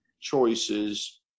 choices